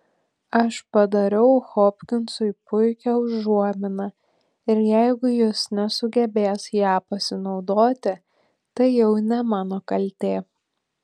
aš padariau hopkinsui puikią užuominą ir jeigu jis nesugebės ja pasinaudoti tai jau ne mano kaltė